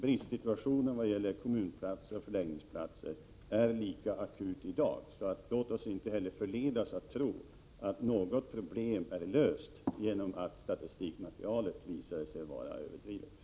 Bristsituationen i vad gäller antalet kommunplatser och förläggningsplatser är lika akut i dag. Låt oss inte förledas att tro att något problem är löst genom att statistikmaterialet visat sig vara överdrivet.